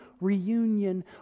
reunion